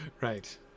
Right